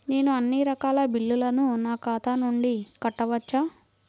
నేను అన్నీ రకాల బిల్లులను నా ఖాతా నుండి కట్టవచ్చా?